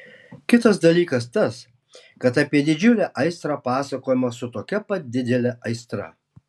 kitas dalykas tas kad apie didžiulę aistrą pasakojama su tokia pat didele aistra